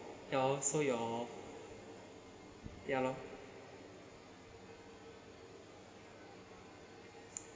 ya so your ya loh